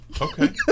Okay